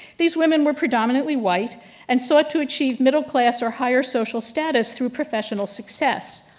these women were predominantly white and sought to achieve middle class or higher social status through professional success.